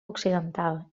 occidental